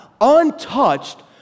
untouched